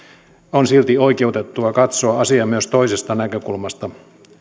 on silti oikeutettua katsoa asiaa myös toisesta näkökulmasta